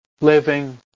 living